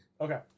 Okay